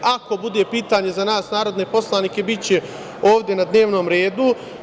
Ako bude pitanje za nas narodne poslanike, biće ovde na dnevnom redu.